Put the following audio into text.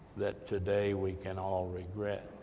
that today we can all regret.